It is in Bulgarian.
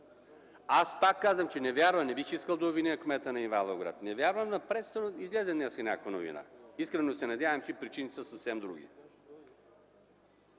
Аз пак казвам, че не вярвам, не бих искал да обвиня кмета на Ивайловград, не вярвам на пресата, но излезе днес някаква новина. Искрено се надявам, че причините са съвсем други.